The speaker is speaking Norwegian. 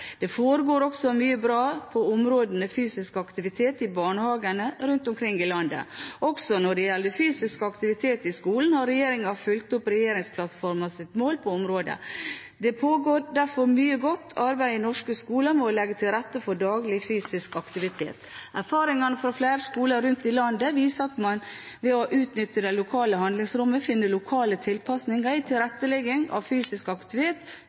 Det foregår også mye bra på området fysisk aktivitet i barnehagene rundt omkring i landet. Også når det gjelder fysisk aktivitet i skolen, har regjeringen fulgt opp regjeringsplattformens mål på området. Det pågår derfor mye godt arbeid i norske skoler med å legge til rette for daglig fysisk aktivitet. Erfaringer fra flere skoler rundt i landet viser at man ved å utnytte det lokale handlingsrommet finner lokale tilpasninger i tilretteleggingen av fysisk aktivitet